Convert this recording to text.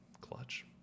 Clutch